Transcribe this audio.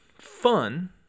fun